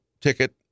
ticket